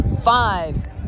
five